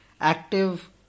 active